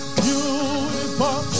beautiful